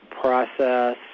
process